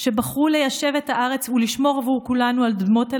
שבחרו ליישב את הארץ ולשמור עבור כולנו על אדמות הלאום.